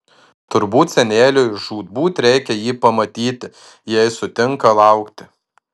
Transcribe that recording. turbūt seneliui žūtbūt reikia jį pamatyti jei sutinka laukti